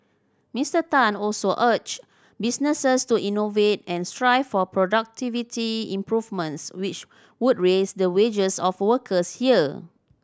Mister Tan also urged businesses to innovate and strive for productivity improvements which would raise the wages of workers here